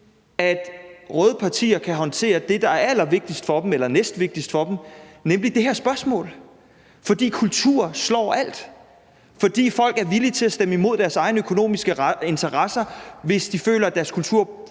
der er allervigtigst for dem eller næstvigtigst for dem, nemlig det her spørgsmål. For kultur slår alt, og folk er villige til at stemme imod deres egne økonomiske interesser, hvis de føler, at det